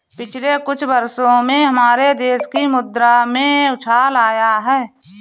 पिछले कुछ वर्षों में हमारे देश की मुद्रा में उछाल आया है